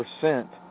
percent